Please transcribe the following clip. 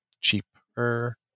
cheaper